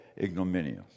ignominious